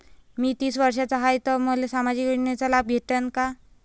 मी तीस वर्षाचा हाय तर मले सामाजिक योजनेचा लाभ भेटन का?